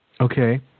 Okay